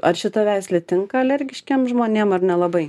ar šita veislė tinka alergiškiem žmonėm ar nelabai